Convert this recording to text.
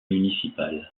municipal